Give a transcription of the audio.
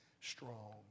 strong